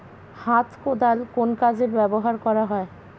হাত কোদাল কোন কাজে ব্যবহার করা হয়?